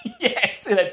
Yes